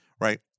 right